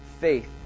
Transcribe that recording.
faith